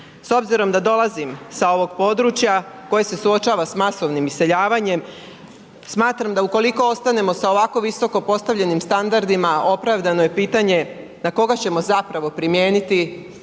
S obzirom da dolazim sa ovog područja koje se suočava sa masovnim iseljavanjem, smatram da ukoliko ostanemo sa ovako visoko postavljenim standardima opravdano je pitanje na koga ćemo zapravo primijeniti